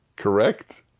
Correct